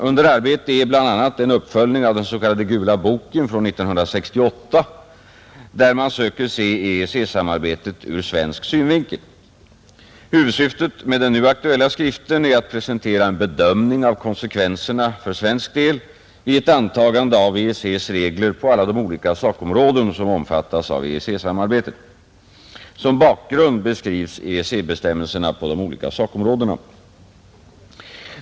Under arbete är bl.a. en uppföljning av den s.k. ”Gula Boken” från 1968, där man söker se EEC-samarbetet ur svensk synvinkel. Huvudsyftet med den nu aktuella skriften är att presentera en bedömning av konsekvenserna för svensk del vid ett antagande av EEC:s regler på alla de olika sakområden som omfattas av EEC-samarbetet. Som bakgrund beskrivs EEC-bestämmelserna på de olika sakområdena.